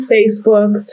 Facebook